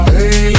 Hey